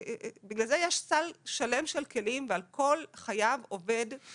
בגלל זה יש סל שלם של כלים ועל כל חייב עובד כלי אחר.